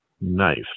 knife